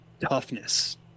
toughness